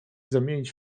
zamienić